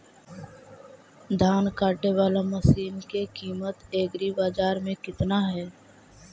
धान काटे बाला मशिन के किमत एग्रीबाजार मे कितना है?